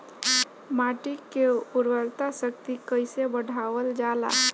माटी के उर्वता शक्ति कइसे बढ़ावल जाला?